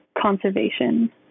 conservation